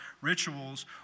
rituals